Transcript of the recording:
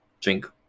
drink